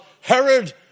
Herod